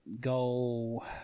Go